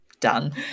done